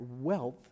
wealth